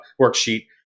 worksheet